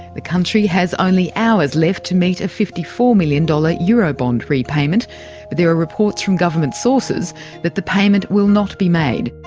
the country has only hours left to meet a fifty four million dollars euro bond repayment, but there are reports from government sources that the payment will not be made.